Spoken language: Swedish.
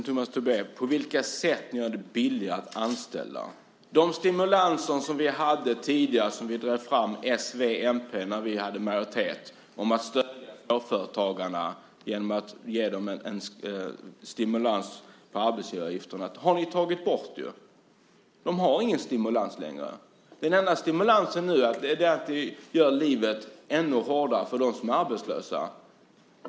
Herr talman! På vilka sätt gör ni det billigare att anställa, Tomas Tobé? Det stöd till småföretagarna genom stimulans på arbetsgivaravgifterna som s, v och mp drev fram när vi hade majoritet har ni tagit bort. De har ingen stimulans längre. Den enda stimulansen nu är att ni gör livet ännu hårdare för dem som är arbetslösa.